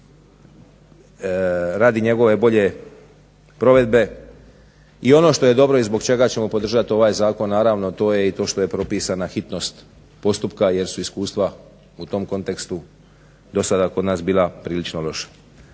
radi njegove bolje provedbe. I ono što je dobro i zbog čega ćemo podržati ovaj zakon naravno to je i to što je propisana hitnost postupka jer su iskustva u tom kontekstu dosada kod nas bila prilično loša.